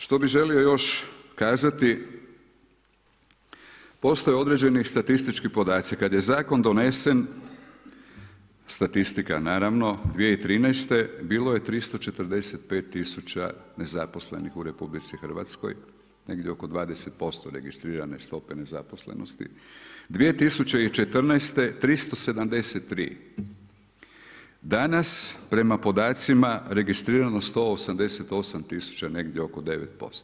Što bi želio još kazati, postoje određeni statistički podaci, kada je zakon donesen, statistika, naravno, 2013. bilo je 345000 nezaposlenih u RH negdje oko 20% registrirane stope nezaposlenosti, 2014. 373, danas prema podacima registrirano je 188000 negdje oko 9%